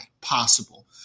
possible